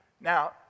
Now